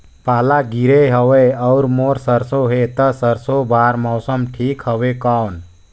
पाला गिरे हवय अउर मोर सरसो हे ता सरसो बार मौसम ठीक हवे कौन?